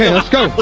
let's go.